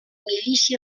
milícia